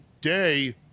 day